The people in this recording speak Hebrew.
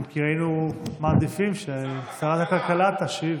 אם כי היינו מעדיפים ששרת הכלכלה תשיב.